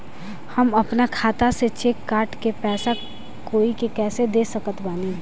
हम अपना खाता से चेक काट के पैसा कोई के कैसे दे सकत बानी?